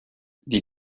die